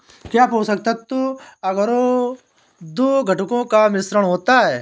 क्या पोषक तत्व अगरो दो घटकों का मिश्रण होता है?